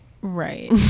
Right